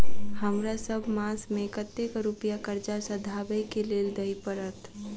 हमरा सब मास मे कतेक रुपया कर्जा सधाबई केँ लेल दइ पड़त?